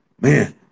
man